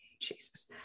Jesus